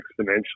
exponentially